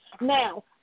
Now